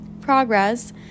progress